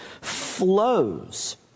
flows